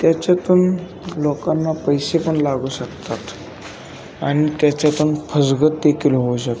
त्याच्यातून लोकांना पैसे पण लागू शकतात आणि त्याच्यातून फसगत देखील होऊ शकते